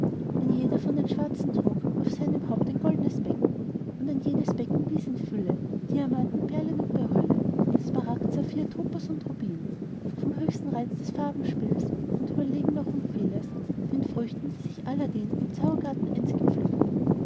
ein jeder von den schwarzen trug auf seinem haupt ein goldnes becken und jedes becken wies in fülle demanten perlen und berylle smaragd saphir topas rubin von höchstem reiz des farbenspieles und überlegen noch um vieles den früchten die sich aladdin im zaubergarten einst gepflückt